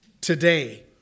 Today